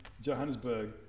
Johannesburg